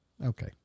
okay